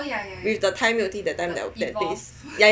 with the thai milk tea that time that place